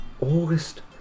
August